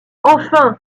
enfin